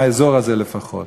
מהאזור הזה לפחות,